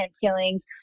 feelings